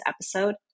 episode